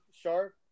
sharp